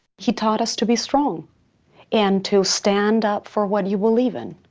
he taught us to be strong and to stand up for what you believe in.